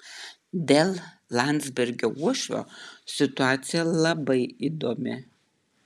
dėl landsbergio uošvio situacija labai įdomi